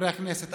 חברי הכנסת.